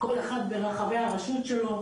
כל אחת ברחבי הרשות שלה.